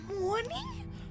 morning